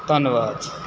ਧੰਨਵਾਦ